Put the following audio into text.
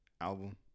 Album